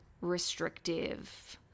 restrictive